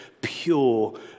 pure